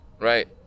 Right